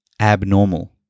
abnormal